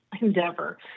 endeavor